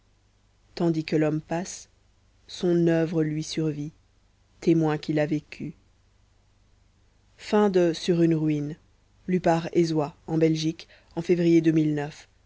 tandis que l'homme passe son oeuvre lui survit témoin qu'il a vécu